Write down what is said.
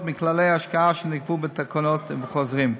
מכללי ההשקעה שנקבעו בתקנות ובחוזרים.